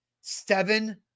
seven